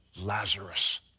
Lazarus